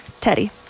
teddy